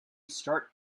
start